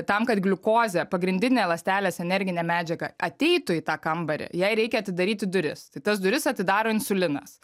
tam kad gliukozė pagrindinė ląstelės energinė medžiaga ateitų į tą kambarį jai reikia atidaryti duris tai tas duris atidaro insulinas